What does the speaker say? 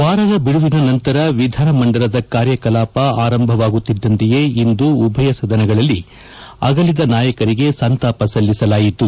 ವಾರದ ಬಿಡುವಿನ ನಂತರ ವಿಧಾನ ಮಂಡಲದ ಕಾರ್ಯ ಕಲಾಪ ಆರಂಭವಾಗುತ್ತಿದ್ದಂತೆಯೇ ಇಂದು ಉಭಯ ಸದನಗಳಲ್ಲಿ ಅಗಲಿದ ನಾಯಕರಿಗೆ ಸಂತಾಪ ಸಲ್ಲಿಸಲಾಯಿತು